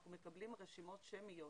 אנחנו מקבלים רשימות שמיות